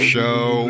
Show